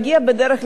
לקיוסקים,